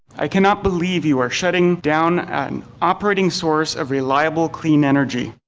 i cannot believe you are shutting down an operating source of reliable clean energy.